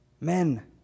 Men